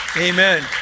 Amen